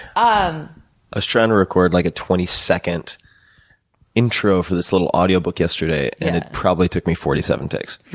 um ah trying to record like a twenty second intro for this little audio book yesterday. yeah. and, it probably took me forty seven takes.